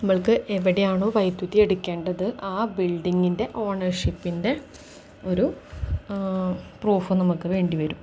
നമുക്ക് എവിടെയാണോ വൈദ്യുതി എടുക്കേണ്ടത് ആ ബിൽഡിങ്ങിൻ്റെ ഓണർഷിപ്പിൻ്റെ ഒരു പ്രൂഫ് നമുക്ക് വേണ്ടി വരും